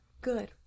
Good